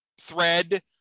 thread